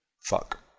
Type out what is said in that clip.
Fuck